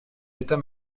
état